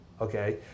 okay